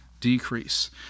decrease